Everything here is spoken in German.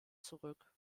zurück